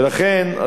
ולכן,